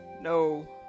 no